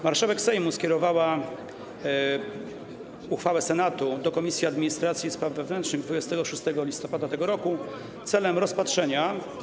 Marszałek Sejmu skierowała uchwałę Senatu do Komisji Administracji i Spraw Wewnętrznych 26 listopada tego roku w celu rozpatrzenia.